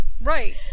Right